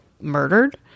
murdered